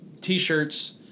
T-shirts